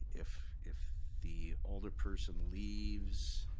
if if the alderperson leaves